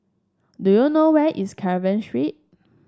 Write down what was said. do you know where is Carver Street